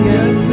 Yes